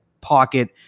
pocket